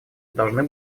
должны